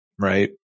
Right